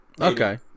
Okay